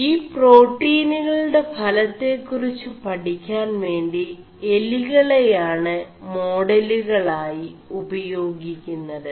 ഈ േ4പാƒീനുകളgെട ഫലെøകുറിg് പഠി ാൻ േവി എലികെളയാണ് േമാഡലുകളായി ഉപേയാഗി ുMത്